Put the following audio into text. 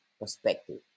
perspective